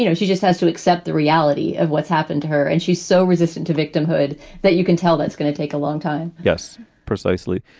you know, she just has to accept the reality of what's happened to her. and she's so resistant to victimhood that you can tell that it's going to take a long time yes, precisely.